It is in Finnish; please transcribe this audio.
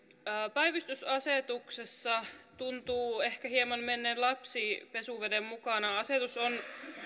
päivystysasetuksessa tuntuu ehkä hieman menneen lapsi pesuveden mukana asetus on